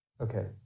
okay